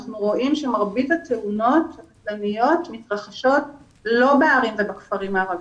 אנחנו רואים שמרבית התאונות הקטלניות מתרחשות לא בערים ובכפרים הערבים,